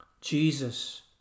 Jesus